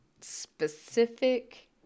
specific